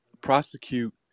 prosecute